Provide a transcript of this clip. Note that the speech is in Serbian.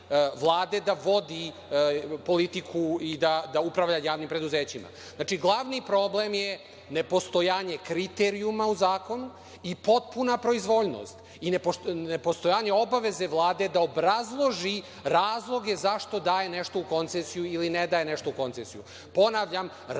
da vodi politiku i da upravlja javnih preduzećima. Znači, glavni problem je nepostojanje kriterijuma u zakonu i potpuna proizvoljnost, i nepostojanje obaveze Vlade da obrazloži razloge zašto daje nešto u koncesiju ili ne daje nešto u koncesiju. Ponavljam, razlog